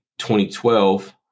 2012